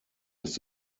ist